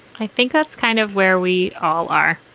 i think that's kind of where we all are.